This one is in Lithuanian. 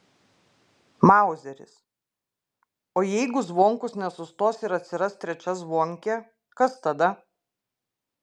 mauzeris o jeigu zvonkus nesustos ir atsiras trečia zvonkė kas tada